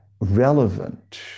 relevant